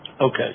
Okay